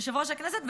יושב-ראש הישיבה,